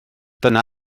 dyna